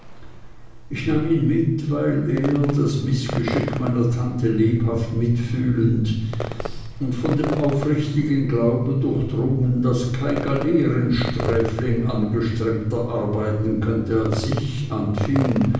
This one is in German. ich nahm ihn mit weil er das mißgeschick meiner tante lebhaft mitfühlend und von dem aufrichtigen glauben durchdrungen daß kein galeerensträfling angestrengter arbeiten könnte als ich anfing